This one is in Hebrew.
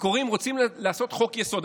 רוצים לעשות חוק-יסוד.